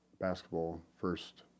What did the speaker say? basketball-first